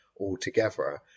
altogether